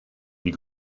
die